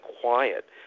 quiet